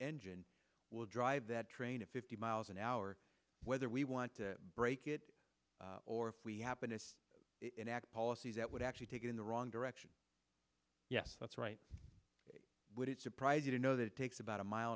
engine will drive that train at fifty miles an hour whether we want to break it or if we happen to enact policies that would actually take you in the wrong direction yes that's right would it surprise you to know that it takes about a mile